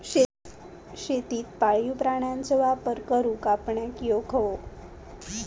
शेतीत पाळीव प्राण्यांचो वापर करुक आपणाक येउक हवो